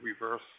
reverse